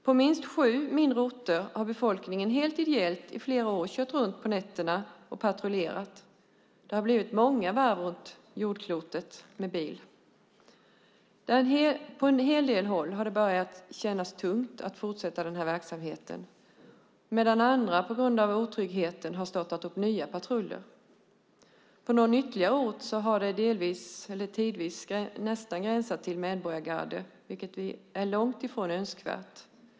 På minst sju mindre orter har befolkningen helt ideellt i flera år kört runt på nätterna och patrullerat. Det har blivit många varv runt jordklotet med bil. På en hel del håll har det börjat kännas tungt att fortsätta verksamheten, medan andra på grund av otryggheten har startat nya patruller. På någon ytterligare ort har det delvis eller tidvis nästan gränsat till medborgargarden, vilket är långt ifrån önskvärt.